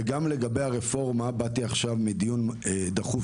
וגם לגבי הרפורמה באתי עכשיו מדיון דחוף